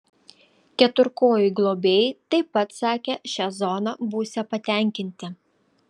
keturkojų globėjai taip pat sakė šia zona būsią patenkinti